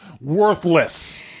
worthless